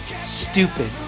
stupid